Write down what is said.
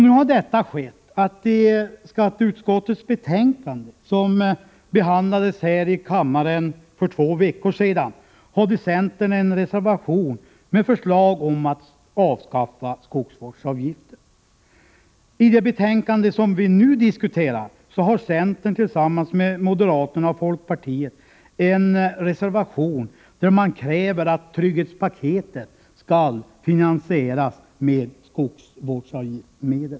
Nu har följande skett: I skatteutskottets betänkande, som behandlades här i kammaren för två veckor sedan, hade centern avgett en reservation med förslag om att skogsvårdsavgiften skulle avskaffas. Till det betänkande som vi nu diskuterar har centern, tillsammans med moderaterna och folkpartiet, fogat en reservation i vilken man kräver att trygghetspaketet skall finansieras med skogsvårdsavgiftsmedel.